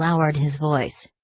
lowered his voice.